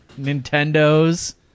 Nintendos